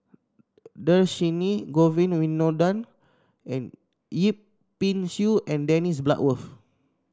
Dhershini Govin Winodan and Yip Pin Xiu and Dennis Bloodworth